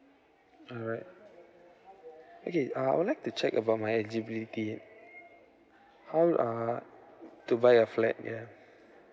alright okay uh I would like to check about my eligibility how uh to buy a flat ya